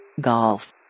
Golf